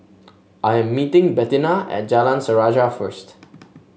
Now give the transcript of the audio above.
I am meeting Bettina at Jalan Sejarah first